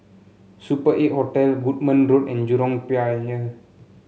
Super Eight Hotel Goodman Road and Jurong Pier